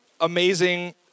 amazing